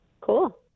Cool